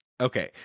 Okay